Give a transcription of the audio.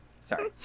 sorry